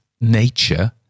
nature